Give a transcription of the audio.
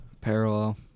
Parallel